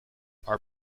are